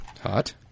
Hot